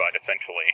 essentially